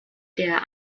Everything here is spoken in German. der